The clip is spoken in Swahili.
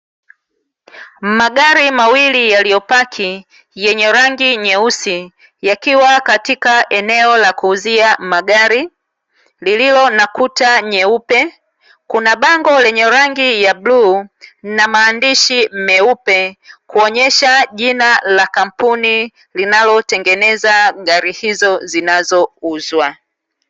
Magari mawili yaliyopaki yenye rangi nyeusi, yakiwa katika eneo la kuuzia magari lililo na kuta nyeupe kuna bango lenye rangi ya bluu na maandishi meupe kuonyesha jina la kampuni linalotengeneza gari hizo zinazouzwa.